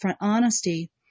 honesty